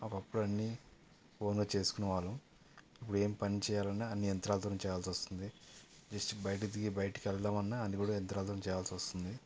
ఒకప్పుడు అన్నీ ఓన్గా చేసుకునే వాళ్ళం ఇప్పుడు ఏం పని చేయాలన్నా అన్నియంత్రాలతోనే చేయాల్సి వస్తుంది జస్ట్ బయట దిగి బయటకి వెళ్దామన్నా అన్ని కూడా యంత్రలతోనే చేయాల్సి వస్తుంది